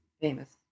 famous